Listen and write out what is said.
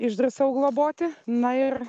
išdrįsau globoti na ir